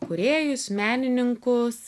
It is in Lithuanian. kūrėjus menininkus